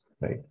right